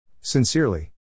Sincerely